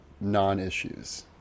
non-issues